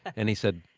and he said,